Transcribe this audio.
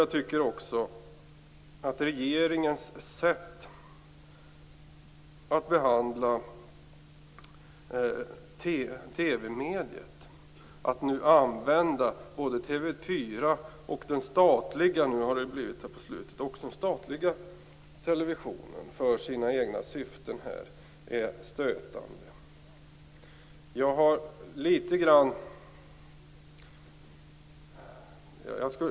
Jag tycker också att regeringens sätt att använda TV-mediet, att använda både TV 4 och den statliga televisionen för sina egna syften är stötande.